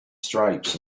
stripes